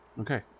Okay